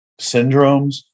syndromes